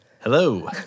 Hello